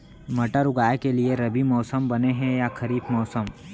मटर उगाए के लिए रबि मौसम बने हे या खरीफ मौसम?